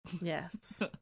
Yes